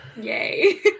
Yay